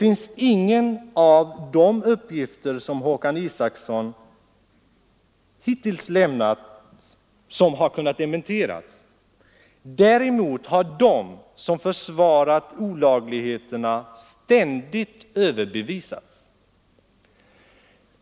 Ingen av de uppgifter som Håkan Isacson hittills lämnat har kunnat dementeras; däremot har de som försvarat olagligheterna ständigt överbevisats.